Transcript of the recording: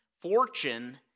fortune